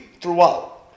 throughout